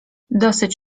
dosyć